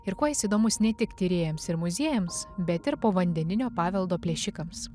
ir kuo jis įdomus ne tik tyrėjams ir muziejams bet ir povandeninio paveldo plėšikams